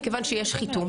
מכיוון שיש חיתום.